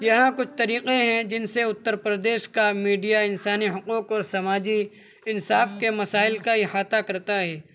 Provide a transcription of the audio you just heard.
یہاں کچھ طریقے ہیں جن سے اتّر پردیش کا میڈیا انسانی حقوق و سماجی انصاف کے مسائل کا احاطہ کرتا ہے